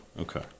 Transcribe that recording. okay